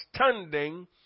understanding